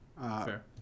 fair